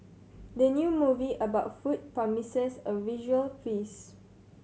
the new movie about food promises a visual feast